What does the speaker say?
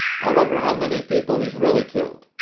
i wonder how many people he's really killed.